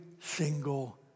single